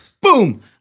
Boom